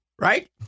right